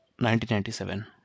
1997